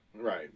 right